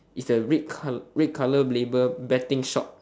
is the red colour red colour label betting shop